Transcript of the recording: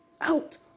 out